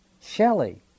Shelley